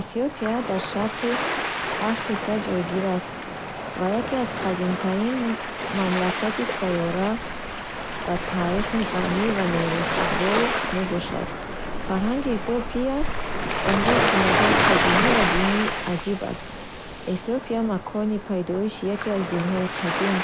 Эфиопия дар Шарқи Африка ҷойгир аст ва яке аз қадимтарин мамлакати сайёра бо таърихи ғанӣ ва мероси бой мебошад. Фарҳанги Эфиопия омузиши суннатҳои қадимӣ ва дини аҷиб аст. Эфиопия макони пайдоиши яке аз динҳои қадим